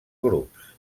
grups